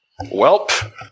Welp